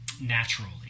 naturally